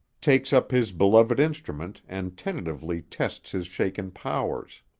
takes up his beloved instrument and tentatively tests his shaken powers.